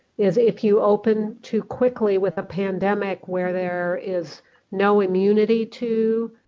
is if you open too quickly with a pandemic where there is no immunity to